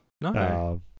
no